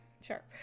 Sure